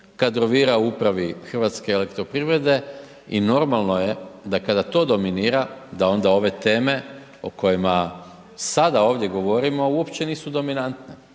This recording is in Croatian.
kadrovira u upravi HEP-a i normalno je da kada to dominira, da onda ove teme o kojima sada ovdje govorimo, uopće nisu dominantne.